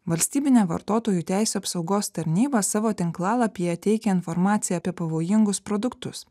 valstybinė vartotojų teisių apsaugos tarnyba savo tinklalapyje teikia informaciją apie pavojingus produktus